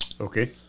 Okay